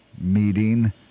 meeting